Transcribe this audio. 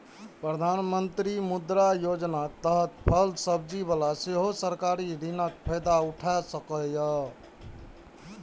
प्रधानमंत्री मुद्रा योजनाक तहत फल सब्जी बला सेहो सरकारी ऋणक फायदा उठा सकैए